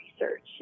research